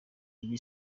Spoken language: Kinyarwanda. ibyo